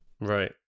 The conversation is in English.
Right